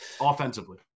offensively